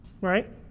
right